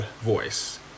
voice